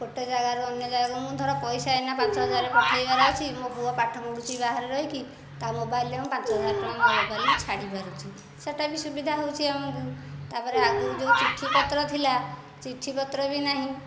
ଗୋଟିଏ ଯାଗାରୁ ଅନ୍ୟ ଯାଗାକୁ ମୁଁ ଧର ପଇସା ଏଇନା ପାଞ୍ଚହଜାର ପଠାଇବାର ଅଛି ମୋ ପୁଅ ପାଠ ପଢ଼ୁଛି ବାହାର ରହିକି ତା ମୋବାଇଲରେ ମୋ ମୋବାଇଲରୁ ପାଞ୍ଚହଜାର ମୁଁ ଛାଡ଼ିପାରୁଛି ସେଟାବି ସୁବିଧା ହେଉଛି ଆମକୁ ତା'ପରେ ଆଗରୁ ଯେଉଁ ଚିଠି ପତ୍ର ଥିଲା ଚିଠି ପତ୍ର ବି ନାହିଁ